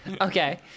Okay